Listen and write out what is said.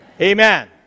Amen